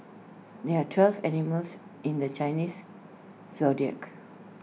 there are twelve animals in the Chinese Zodiac